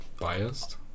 biased